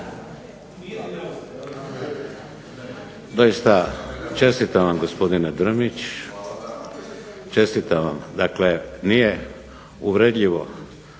Doista čestitam vam gospodine Drmić, dakle nije uvredljivo